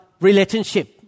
relationship